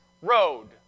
road